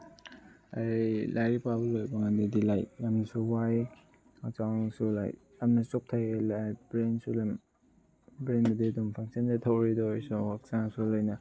ꯑꯩ ꯂꯥꯏꯔꯤꯛ ꯄꯥꯕ ꯂꯣꯏꯕ ꯀꯥꯟꯗꯗꯤ ꯂꯥꯏꯛ ꯌꯥꯝꯅꯁꯨ ꯋꯥꯏ ꯍꯛꯆꯥꯡꯁꯨ ꯂꯥꯏꯛ ꯌꯥꯝꯅ ꯆꯣꯛꯊꯩꯌꯦ ꯂꯥꯏꯛ ꯕ꯭ꯔꯦꯟꯁꯨ ꯌꯥꯝ ꯕ꯭ꯔꯦꯟꯕꯨꯗꯤ ꯑꯗꯨꯝ ꯐꯪꯁꯟꯗꯤ ꯇꯧꯔꯤ ꯑꯗꯨ ꯑꯣꯏꯔꯁꯨ ꯍꯛꯆꯥꯡꯁꯨ ꯂꯣꯏꯅ